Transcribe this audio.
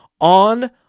on